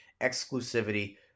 Exclusivity